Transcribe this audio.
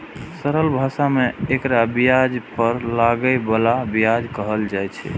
सरल भाषा मे एकरा ब्याज पर लागै बला ब्याज कहल छै